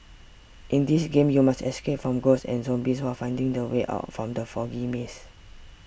in this game you must escape from ghosts and zombies while finding the way out from the foggy maze